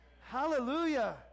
Hallelujah